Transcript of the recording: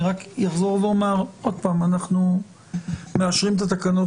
אני רק אחזור ואומר: אנחנו מאשרים את התקנות